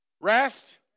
rest